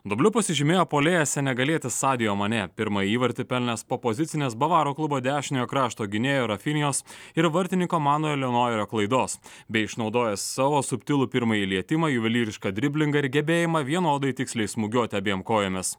dubliu pasižymėjo puolėjas senegalietis sadijo manė pirmąjį įvartį pelnęs po pozicinės bavarų klubo dešiniojo krašto gynėjo rafinijos ir vartininko manuelio nojerio klaidos bei išnaudojęs savo subtilų pirmąjį lietimą juvelyrišką driblingą ir gebėjimą vienodai tiksliai smūgiuoti abiem kojomis